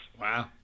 Wow